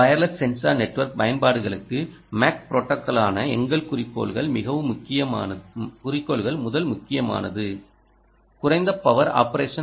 wireless sensor network பயன்பாடுகளுக்கான MAC ப்ரோடோகாலுக்கான எங்கள் குறிக்கோள்கள் முதல் முக்கியமானது குறைந்த பவர் ஆபரேஷன்